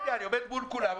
עומד מול כולם,